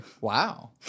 Wow